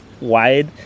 wide